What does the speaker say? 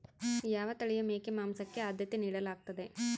ಯಾವ ತಳಿಯ ಮೇಕೆ ಮಾಂಸಕ್ಕೆ, ಆದ್ಯತೆ ನೇಡಲಾಗ್ತದ?